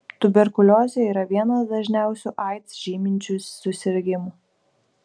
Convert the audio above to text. tuberkuliozė yra vienas dažniausių aids žyminčių susirgimų